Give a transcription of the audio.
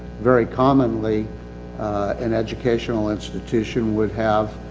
very commonly an educational institution would have.